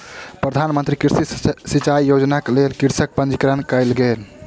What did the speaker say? प्रधान मंत्री कृषि सिचाई योजनाक लेल कृषकक पंजीकरण कयल गेल